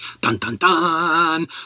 dun-dun-dun